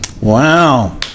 wow